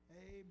amen